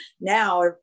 now